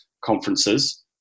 conferences